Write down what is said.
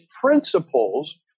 principles